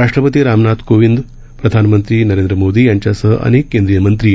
राष्ट्रपती रामनाथ कोविंद प्रधाननंत्री नरेंद्र मोदी यांच्यासह अनेक केंद्रीय मंत्री